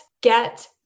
get